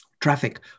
traffic